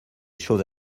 choses